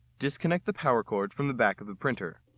disconnect the power cord from the back of the printer.